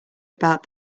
about